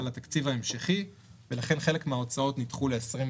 התקציב ההמשכי ולכן חלק מההוצאות נדחו לשנת